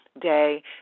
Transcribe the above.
day